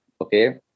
Okay